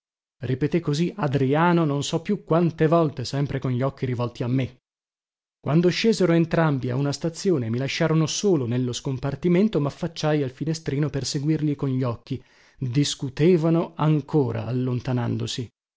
ripeté così adriano non so più quante volte sempre con gli occhi rivolti a me quando scesero entrambi a una stazione e mi lasciarono solo nello scompartimento maffacciai al finestrino per seguirli con gli occhi discutevano ancora allontanandosi